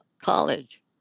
college